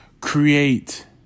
create